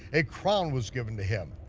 a crown was given to him,